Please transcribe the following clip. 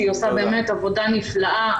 שעושה באמת עבודה נפלאה.